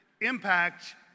impact